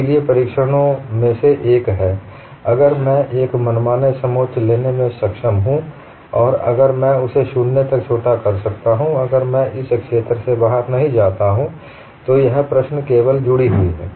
इसलिए परीक्षणों में से एक है अगर मैं एक मनमानी समोच्च लेने में सक्षम हूं और अगर मैं इसे शून्य तक छोटा करता हूं अगर मैं इस क्षेत्र से बाहर नहीं जाता हूं तो यह प्रश्न केवल जुड़ी है